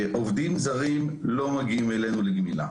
עובדים זרים לא מגיעים אלינו לגמילה,